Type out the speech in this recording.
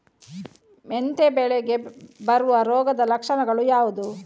ಮೆಂತೆ ಬೆಳೆಗೆ ಬರುವ ರೋಗದ ಲಕ್ಷಣಗಳು ಯಾವುದು?